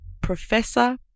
Professor